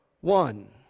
one